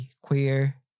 queer